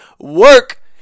work